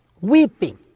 Weeping